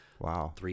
Wow